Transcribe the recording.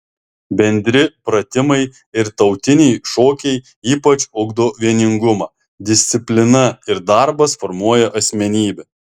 bendri pratimai ir tautiniai šokiai ypač ugdo vieningumą disciplina ir darbas formuoja asmenybę